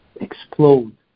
explode